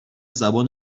زبان